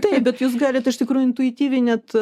taip bet jūs galit iš tikrųjų intuityviai net